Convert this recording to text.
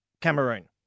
Cameroon